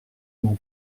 mon